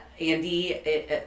Andy